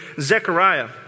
Zechariah